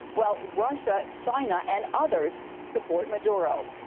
while russia, china, and others support maduro.